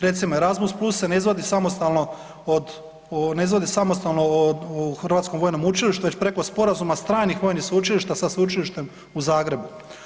Recimo Erasmus+ se ne izvodi samostalno od, ne izvodi se samostalno u Hrvatskom vojnom učilištu već preko sporazuma stranih vojnih sveučilišta sa Sveučilištem u Zagrebu.